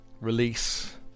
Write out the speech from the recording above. release